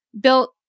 built